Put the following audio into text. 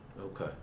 Okay